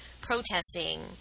protesting